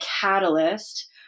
catalyst